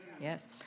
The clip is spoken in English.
Yes